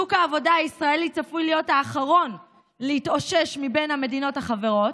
שוק העבודה הישראלי צפוי להיות האחרון להתאושש מבין המדינות החברות,